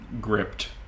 gripped